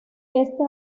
éste